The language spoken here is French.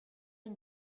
une